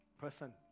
person